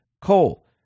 Coal